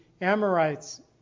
Amorites